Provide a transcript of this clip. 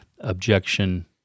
objection